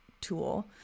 tool